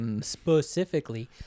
specifically